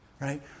right